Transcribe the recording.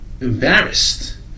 embarrassed